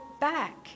back